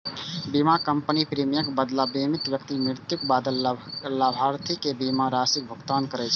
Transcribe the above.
बीमा कंपनी प्रीमियमक बदला बीमित व्यक्ति मृत्युक बाद लाभार्थी कें बीमा राशिक भुगतान करै छै